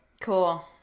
Cool